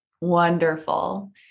Wonderful